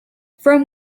from